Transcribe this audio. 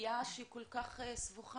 סוגיה שהיא כל כך סבוכה,